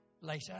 later